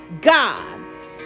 God